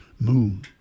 moon